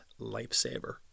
lifesaver